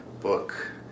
book